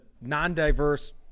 non-diverse